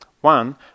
One